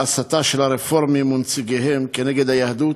על ההסתה של הרפורמים ונציגיהם נגד היהדות,